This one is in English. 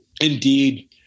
indeed